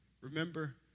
Remember